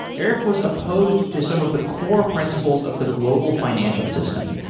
erik was opposed to some of the core principles of the global financial system,